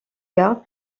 gardes